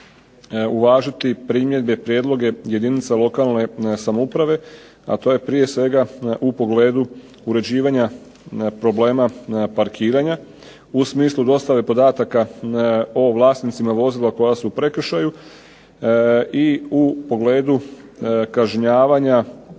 uvažiti primjedbe i prijedloge jedinica lokalne samouprave, a to je prije svega u pogledu uređivanja problema parkiranja, u smislu dostave podataka o vlasnicima vozila koja su u prekršaju, i u pogledu kažnjavanja